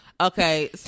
Okay